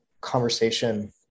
conversation